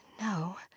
No